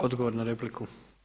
Odgovor na repliku.